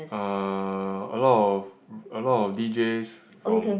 uh a lot of a lot d_js from